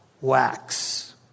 wax